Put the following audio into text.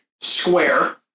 square